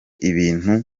ibintu